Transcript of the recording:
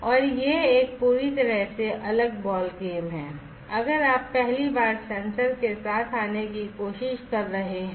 और यह एक पूरी तरह से अलग बॉल गेम है अगर आप पहली बार सेंसर के साथ आने की कोशिश कर रहे हैं